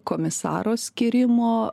komisaro skyrimo